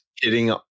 hitting